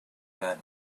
that